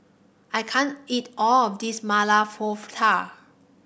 I can't eat all of this Maili Kofta